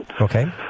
Okay